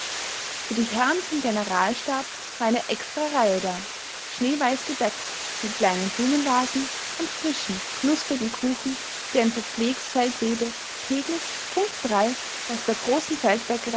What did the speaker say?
für die herren vom generalstab war eine extrareihe da schneeweiß gedeckt mit kleinen blumenvasen und frischen knusprigen kuchen die ein verpflegsfeldwebel täglich punkt drei aus der großen